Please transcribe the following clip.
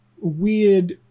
weird